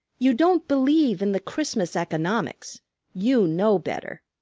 you don't believe in the christmas economics you know better.